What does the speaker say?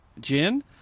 gin